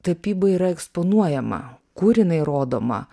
tapyba yra eksponuojama kur jinai rodoma